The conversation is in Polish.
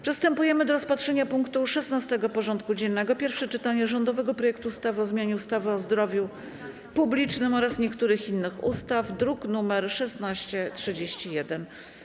Przystępujemy do rozpatrzenia punktu 16. porządku dziennego: Pierwsze czytanie rządowego projektu ustawy o zmianie ustawy o zdrowiu publicznym oraz niektórych innych ustaw (druk nr 1631)